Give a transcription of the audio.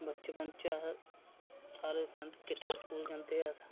बचपन च अस सारे फ्रेंड किट्ठे स्कूल जन्दे हे अस